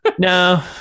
no